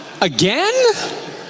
again